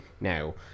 now